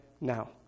now